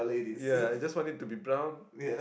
ya just want it to be brown its